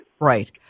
Right